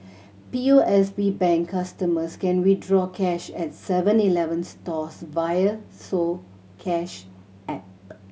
P O S B Bank customers can withdraw cash at Seven Eleven stores via soCash app